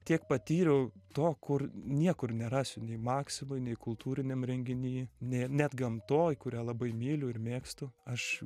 tiek patyriau to kur niekur nerasi nei maksimoj nei kultūriniam renginy nei net gamtoj kurią labai myliu ir mėgstu aš